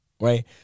right